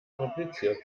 kompliziert